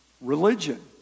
religion